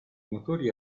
motori